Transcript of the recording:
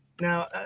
Now